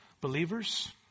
believers